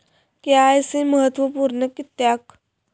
KYC महत्त्वपुर्ण किद्याक?